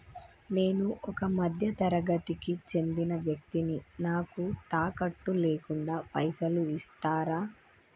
నేను ఒక మధ్య తరగతి కి చెందిన వ్యక్తిని నాకు తాకట్టు లేకుండా పైసలు ఇస్తరా?